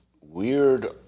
weird